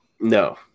No